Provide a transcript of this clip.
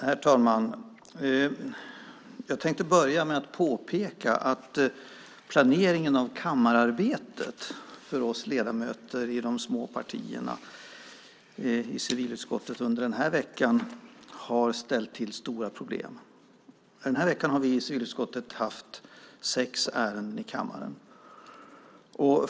Herr talman! Jag tänkte börja med att påpeka att planeringen av kammararbetet för oss ledamöter i de små partierna i civilutskottet under den här veckan har ställt till stora problem. Den här veckan har vi i civilutskottet haft sex ärenden i kammaren.